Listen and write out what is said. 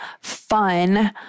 fun